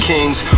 Kings